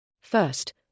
First